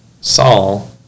Saul